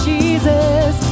Jesus